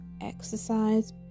exercise